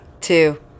two